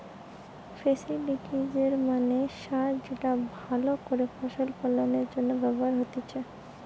ফেস্টিলিজের মানে সার যেটা ভালো করে ফসল ফলনের জন্য ব্যবহার হতিছে